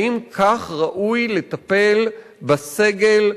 האם כך ראוי לטפל בסגל?